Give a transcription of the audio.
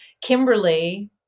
Kimberly